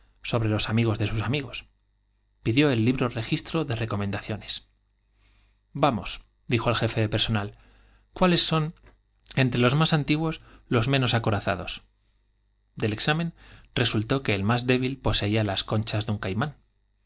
sobre los de amigos pidió el libro regís amigos sus tro de recomendaciones vamos dijo al jefe del personal cuáles los acorazados son entre los más antiguos menos las del examen resultó que el más débil poseía conchas de un